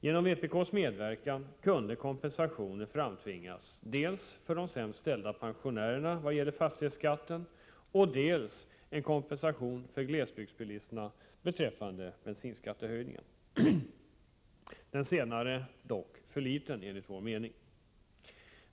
Genom vpk:s medverkan kunde kompensationer framtvingas dels för de sämst ställda pensionärerna vad gäller fastighetsskatten, dels för glesbygdsbilisterna beträffande bensinskattehöjningen. Den senare är dock för liten enligt vår mening.